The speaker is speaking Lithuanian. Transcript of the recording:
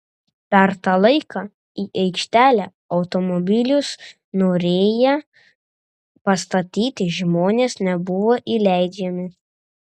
per tą laiką į aikštelę automobilius norėję pastatyti žmonės nebuvo įleidžiami